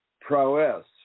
prowess